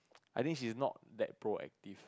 I think she's not that pro active